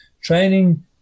training